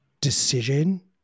decision